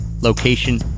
location